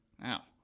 Now